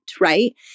right